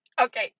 Okay